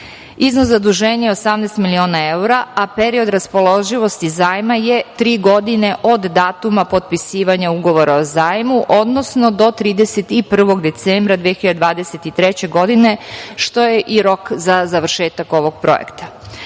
iznos zaduženje 18 miliona evra, a period raspoloživosti zajma je tri godine od datuma potpisivanja ugovora o zajmu, odnosno do 31. decembra 2023. godine, što je i rok za završetak ovog projekta.